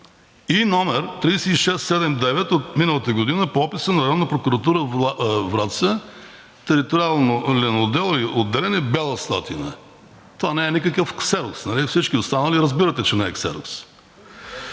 и № 3679 от миналата година по описа на Районна прокуратура – Враца, Териториално отделение – Бяла Слатина. Това не е никакъв ксерокс, всички останали разбирате, че не е ксерокс,